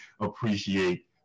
appreciate